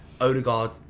Odegaard